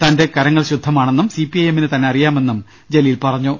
തന്റെ കരങ്ങൾ ശുദ്ധമാണെന്നും സിപിഐഎമ്മിന് തന്നെ അറിയാമെന്നും ജലീൽ പറഞ്ഞു